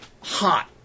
hot